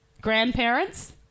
grandparents